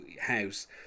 house